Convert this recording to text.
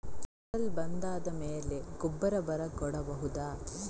ಕುರಲ್ ಬಂದಾದ ಮೇಲೆ ಗೊಬ್ಬರ ಬರ ಕೊಡಬಹುದ?